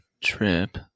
trip